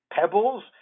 pebbles